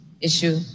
issue